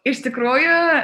iš tikrųjų